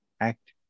act